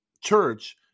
church